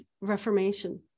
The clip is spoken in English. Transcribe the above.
reformation